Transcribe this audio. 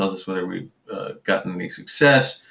us whatever we've gotten any success.